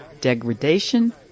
degradation